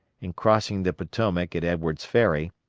in crossing the potomac at edwards' ferry,